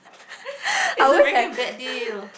it's a very bad deal